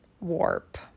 warp